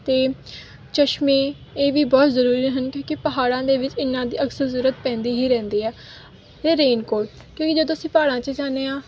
ਅਤੇ ਚਸ਼ਮੇ ਇਹ ਵੀ ਬਹੁਤ ਜ਼ਰੂਰੀ ਹਨ ਕਿਉਂਕਿ ਪਹਾੜਾਂ ਦੇ ਵਿੱਚ ਇਹਨਾਂ ਦੀ ਅਕਸਰ ਜ਼ਰੂਰਤ ਪੈਂਦੀ ਹੀ ਰਹਿੰਦੀ ਆ ਅਤੇ ਰੇਨਕੋਟ ਕਿਉਂਕਿ ਜਦੋਂ ਅਸੀਂ ਪਹਾੜਾਂ 'ਚ ਜਾਂਦੇ ਆ